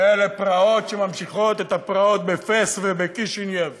שאלה פרעות שממשיכות את הפרעות בפאס ובקישינב.